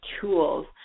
tools